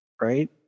Right